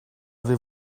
avez